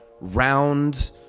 round